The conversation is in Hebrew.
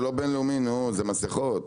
אלו מסכות.